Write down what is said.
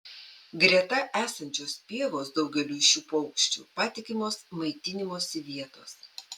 greta esančios pievos daugeliui šių paukščių patikimos maitinimosi vietos